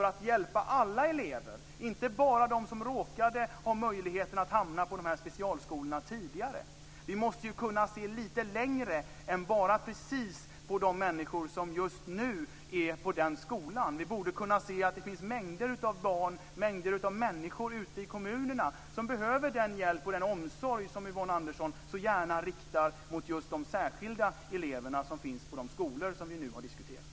Nu kan man hjälpa alla elever, och inte bara de som råkade ha möjligheten att hamna på specialskolorna. Vi måste ju kunna se lite längre än bara precis till de människor som just nu är på en viss skola. Vi borde kunna se att det finns mängder av barn och andra människor ute i kommunerna som behöver den hjälp och den omsorg som Yvonne Andersson så gärna riktar mot just de särskilda elever som finns på de skolor som vi nu har diskuterat.